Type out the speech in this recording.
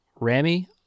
Rami